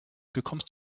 bekommst